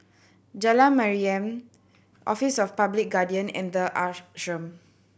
Jalan Mariam Office of Public Guardian and The Ashram